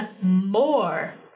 more